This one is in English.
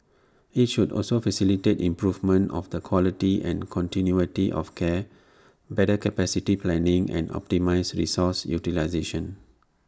IT should also facilitate improvement of the quality and continuity of care better capacity planning and optimise resource utilisation